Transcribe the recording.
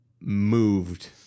moved